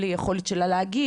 בלי יכולת שלה להגיש,